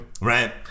Right